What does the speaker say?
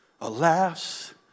Alas